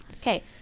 Okay